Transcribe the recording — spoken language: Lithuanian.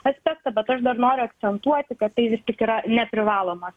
aspekto bet aš dar noriu akcentuoti kad tai yra neprivalomas